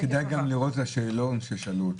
כדאי גם לראות את השאלון ששאלו אותם.